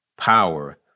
power